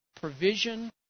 provision